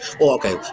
okay